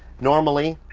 normally,